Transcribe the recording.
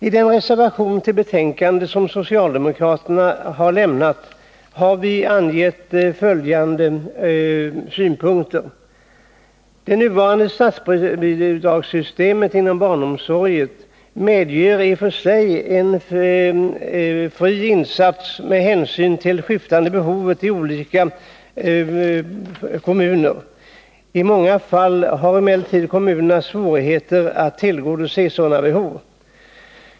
I den reservation till betänkandet som socialdemokraterna har lämnat anges följande synpunkter. Det nuvarande statsbidragssystemet inom barnomsorgen medger i sig en frihet för kommunerna att själva variera insatserna med hänsyn till skiftande behovi olika förskolor. I många fall har emellertid kommunerna svårigheter att tillgodose sådana behov.